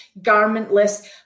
garmentless